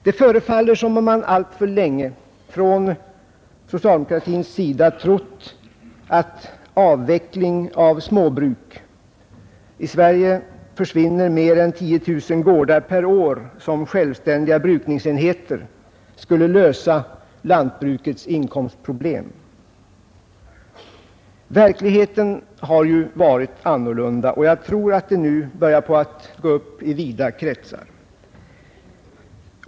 Det förefaller som om man alltför länge på socialdemokratiskt håll trott att avveckling av småbruk — i Sverige försvinner mer än 10 000 gårdar per år som självständiga brukningsenheter — skulle lösa lantbrukets inkomstproblem. Verkligheten har ju varit annorlunda, och jag tror att det nu börjar stå klart i vida kretsar.